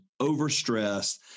overstressed